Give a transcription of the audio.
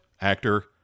actor